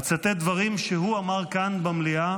אצטט דברים שהוא אמר כאן במליאה